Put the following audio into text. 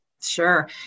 Sure